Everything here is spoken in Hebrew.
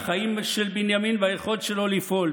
החיים של בנימין והיכולת שלו לפעול.